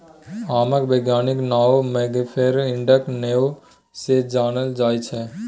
आमक बैज्ञानिक नाओ मैंगिफेरा इंडिका नाओ सँ जानल जाइ छै